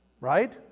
right